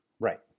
Right